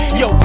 yo